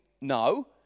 No